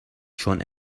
چون